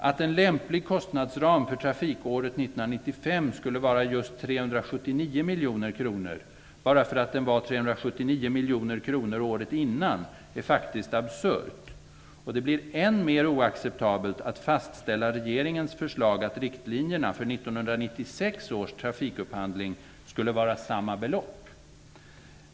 Att en lämplig kostnadsram för trafikåret 1995 skulle vara just 379 miljoner kronor bara för att den var 379 miljoner kronor året innan är faktiskt absurt. Det blir än mer oacceptabelt att fastställa regeringens förslag att riktlinjerna för 1996 års trafikupphandling skulle vara samma belopp.